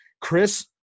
Chris